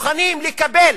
מוכנים לקבל